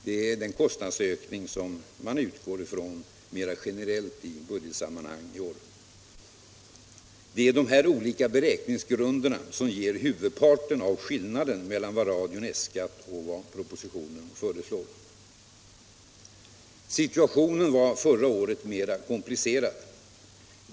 Det är den kostnadsökning som man i år utgått ifrån mera generellt i budgetsammanhang. Det är dessa beräkningsgrunder som ger huvudparten av skillnaden mellan vad radion äskat och vad propositionen föreslår. Situationen var förra året mera komplicerad.